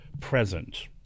present